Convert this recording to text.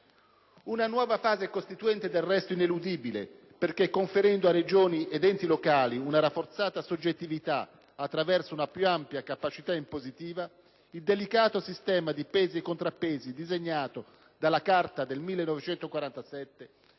Una nuova fase costituente del resto ineludibile, perché conferendo a Regioni ed enti locali una rafforzata soggettività attraverso una più ampia capacità impositiva, il delicato sistema di pesi e contrappesi disegnato dalla Carta del 1948